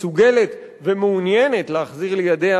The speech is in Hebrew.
מסוגלת ומעוניינת להחזיר לידיה